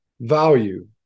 value